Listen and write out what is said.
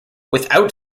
without